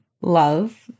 love